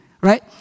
Right